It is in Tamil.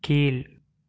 கீழ்